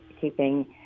keeping